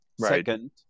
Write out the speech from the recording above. second